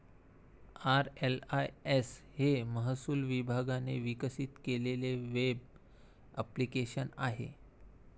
RLIS हे महसूल विभागाने विकसित केलेले वेब ॲप्लिकेशन आहे